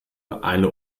eine